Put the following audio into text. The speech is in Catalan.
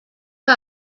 que